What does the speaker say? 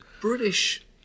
British